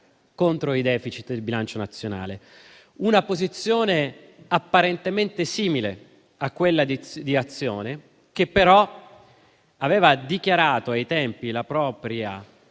Una posizione apparentemente simile a quella di Azione, che però aveva dichiarato ai tempi la propria